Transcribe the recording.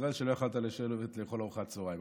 ישראל שלא יכולת לשבת לאכול ארוחת צוהריים.